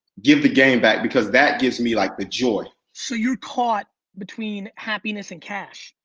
give the game back because that gives me like the joy. so you're caught between happiness and cash.